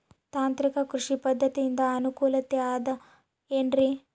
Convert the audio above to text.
ತಾಂತ್ರಿಕ ಕೃಷಿ ಪದ್ಧತಿಯಿಂದ ಅನುಕೂಲತೆ ಅದ ಏನ್ರಿ?